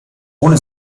ohne